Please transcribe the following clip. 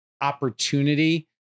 opportunity